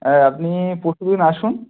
হ্যাঁ আপনি পরশু দিন আসুন